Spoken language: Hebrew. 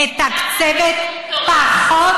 מתקצבת פחות,